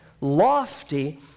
lofty